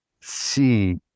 see